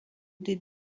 des